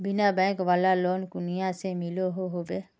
बिना बैंक वाला लोन कुनियाँ से मिलोहो होबे?